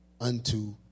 unto